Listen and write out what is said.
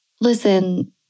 listen